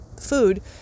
food